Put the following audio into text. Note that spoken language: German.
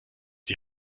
die